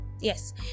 yes